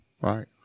right